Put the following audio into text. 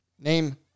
Name